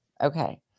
Okay